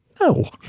No